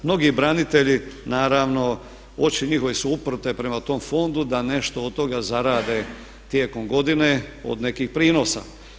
Mnogi branitelji naravno oči njihove su uprte prema tom fondu da nešto od toga zarade tijekom godine od nekih prinosa.